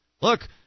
Look